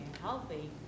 healthy